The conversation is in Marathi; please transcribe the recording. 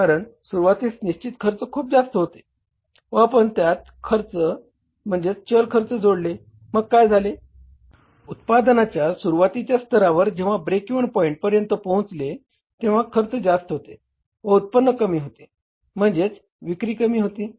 कारण सुरुवातीस निश्चित खर्च खूप जास्त होते व आपण त्यात चल खर्चसुद्धा जोडले मग काय झाले उत्पादनाच्या सुरुवातीच्या स्तर जेंव्हा ब्रेक इव्हन पॉईंट पर्यंत पोहचले तेंव्हा खर्च जास्त होते व उत्पन्न कमी होती म्हणजेच विक्री कमी होती